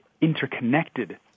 interconnected